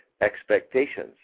expectations